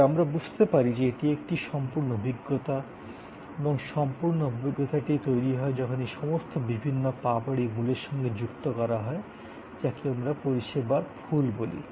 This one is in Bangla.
তবে আমরা বুঝতে পারি যে এটি একটি সম্পূর্ণ অভিজ্ঞতা এবং সম্পূর্ণ অভিজ্ঞতাটি তৈরি হয় যখন এই সমস্ত বিভিন্ন পাপড়ি মূলের সঙ্গে যুক্ত করা হয় যাকে আমরা পরিষেবার ফুল বলি